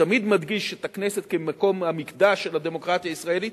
שתמיד מדגיש את הכנסת כמקום המקדש של הדמוקרטיה הישראלית,